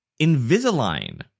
Invisalign